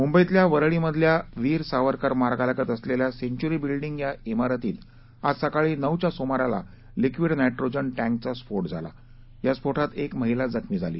मुंबईतल्या वरळीमधल्या वीर सावरकर मार्गालगत असलेल्या सेंच्यूरी बिल्डिंग या इमारतीत आज सकाळी नऊच्या सुमारास लिक्विड नायट्रोजन टँकचा स्फोट झाला या स्फोटात क्रि महिला जखमी झाली